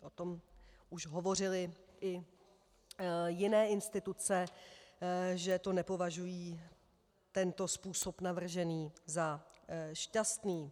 O tom už hovořily i jiné instituce, že nepovažují tento způsob navržení za šťastný.